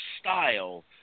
style